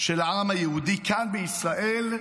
של העם היהודי כאן, בישראל,